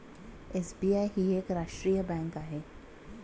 SBI ही एक राष्ट्रीय बँक आहे